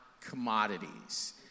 commodities